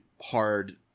hard